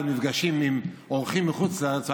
למפגשים עם אורחים מחוץ לארץ,